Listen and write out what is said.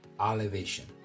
elevation